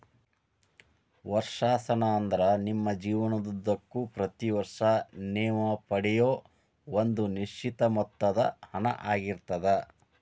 ವರ್ಷಾಶನ ಅಂದ್ರ ನಿಮ್ಮ ಜೇವನದುದ್ದಕ್ಕೂ ಪ್ರತಿ ವರ್ಷ ನೇವು ಪಡೆಯೂ ಒಂದ ನಿಶ್ಚಿತ ಮೊತ್ತದ ಹಣ ಆಗಿರ್ತದ